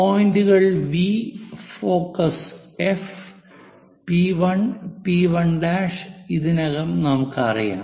പോയിന്റുകൾ V focus F P 1 P 1 ഇതിനകം നമുക്കറിയാം